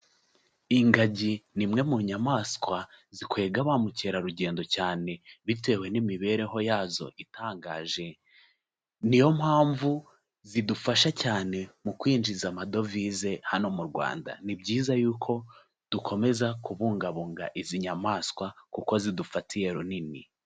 Ingagi ni imwe mu nyamaswa zikwega ba mukerarugendo cyane bitewe n'imibereho yazo itangaje, ni yo mpamvu zidufasha cyane mu kwinjiza amadovize hano mu Rwanda, ni byiza yuko dukomeza kubungabunga izi nyamaswa kuko zidufatiye runini.